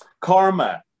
karma